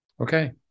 Okay